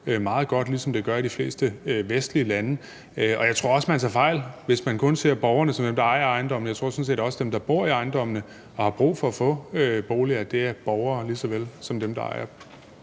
meget godt, ligesom det gør i de fleste andre vestlige lande. Og jeg tror også, at man tager fejl, hvis man kun ser borgerne som dem, der ejer ejendommene; jeg tror sådan set også, at dem, der bor i ejendommene og har brug for at få boliger, er borgere lige så vel som dem, der ejer